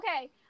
okay